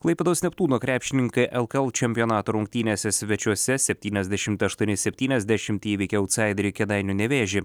klaipėdos neptūno krepšininkai lkl čempionato rungtynėse svečiuose septyniasdešimt aštuoni septyniasdešimt įveikė autsaiderį kėdainių nevėžį